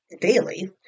daily